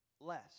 less